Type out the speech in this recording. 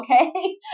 okay